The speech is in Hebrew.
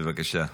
בבקשה,